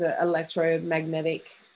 electromagnetic